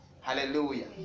Hallelujah